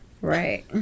Right